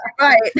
right